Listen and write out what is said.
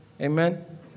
Amen